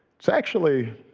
it's actually